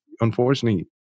unfortunately